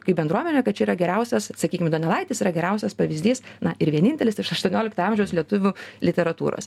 kaip bendruomenė kad čia yra geriausias sakykim donelaitis yra geriausias pavyzdys na ir vienintelis iš aštuoniolikto amžiaus lietuvių literatūros